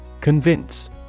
Convince